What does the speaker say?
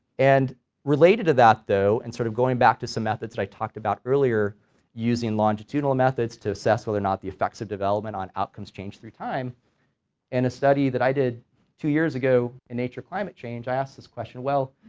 and related to that though and sort of going back to some methods that i talked about earlier using longitudinal methods to assess whether or not the effects of development on outcomes change through time and a study that i did two years ago in inature climate change i, i asked this question well,